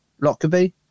Lockerbie